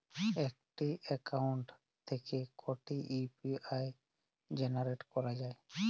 একটি অ্যাকাউন্ট থেকে কটি ইউ.পি.আই জেনারেট করা যায়?